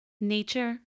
Nature